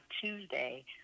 Tuesday